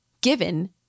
given